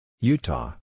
Utah